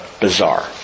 bizarre